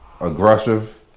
aggressive